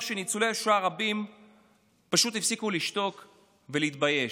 שניצולי שואה רבים פשוט הפסיקו לשתוק ולהתבייש.